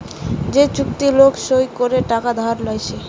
যে চুক্তি লোক সই করে টাকা ধার লইতেছে